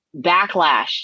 backlash